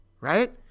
right